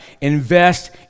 invest